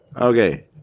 Okay